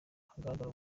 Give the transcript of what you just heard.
hagaragara